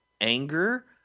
anger